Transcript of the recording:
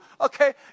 okay